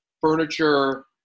furniture